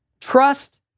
Trust